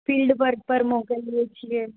field પર પણ મોકલીએ છીએ